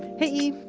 hey e!